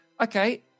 okay